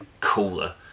cooler